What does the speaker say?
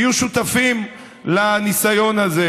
תהיו שותפים לניסיון הזה,